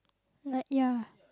like ya